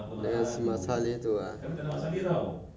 dengan si mat salleh tu